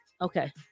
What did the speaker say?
okay